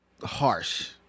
harsh